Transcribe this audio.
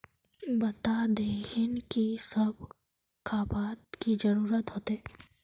बता देतहिन की सब खापान की जरूरत होते?